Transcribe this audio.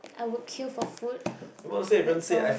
I would queue for food that's all